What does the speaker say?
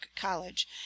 college